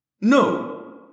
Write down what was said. No